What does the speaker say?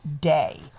day